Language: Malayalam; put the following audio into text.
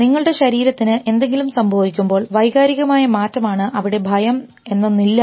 നിങ്ങളുടെ ശരീരത്തിന് എന്തെങ്കിലും സംഭവിക്കുമ്പോൾ വൈകാരികമായ മാറ്റമാണ് അവിടെ നടക്കുന്നത് ഭയം എന്നൊന്നില്ല